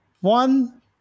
one